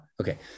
Okay